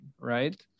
right